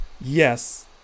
Yes